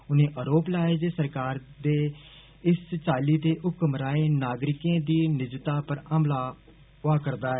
उनें आरोप लाया जे सरकार इस चाल्ली दे हुक्म राएं नागरिकें दी मिजता पर हमला करा करदी ऐ